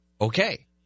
Okay